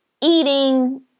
eating